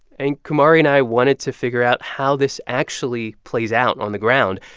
and kumari and i wanted to figure out how this actually plays out on the ground.